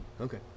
Okay